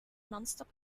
nonstop